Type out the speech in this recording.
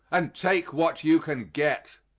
and take what you can get.